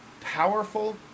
powerful